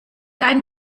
einen